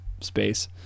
space